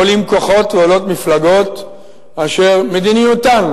עולים כוחות ועולות מפלגות אשר מדיניותן